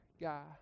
guy